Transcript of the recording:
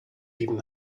even